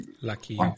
Lucky